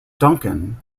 duncan